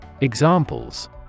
Examples